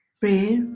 prayer